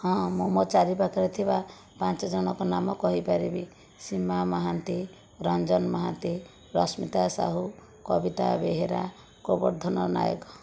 ହଁ ମୁଁ ମୋ ଚାରିପାଖରେ ଥିବା ପାଞ୍ଚଜଣଙ୍କ ନାମ କହିପାରିବି ସୀମା ମହାନ୍ତି ରଞ୍ଜନ ମହାନ୍ତି ରଶ୍ମୀତା ସାହୁ କବିତା ବେହେରା ଗୋବର୍ଦ୍ଧନ ନାୟକ